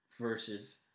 versus